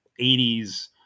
80s